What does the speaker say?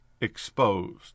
exposed